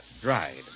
dried